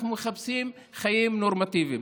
אנחנו מחפשים חיים נורמטיביים.